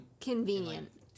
Convenient